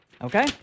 Okay